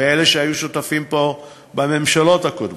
ואלה שהיו שותפים פה בממשלות הקודמות,